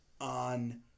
on